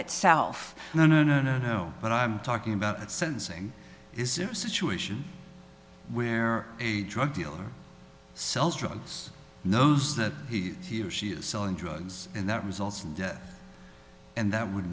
itself no no no no no but i'm talking about at sentencing is a situation where a drug dealer sells drugs knows that he he or she is selling drugs and that results in death and that would